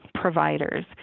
providers